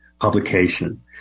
publication